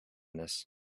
this